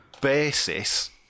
basis